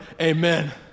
Amen